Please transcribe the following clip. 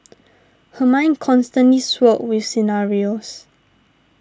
her mind constantly swirled with scenarios